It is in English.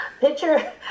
picture